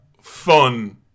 fun